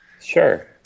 Sure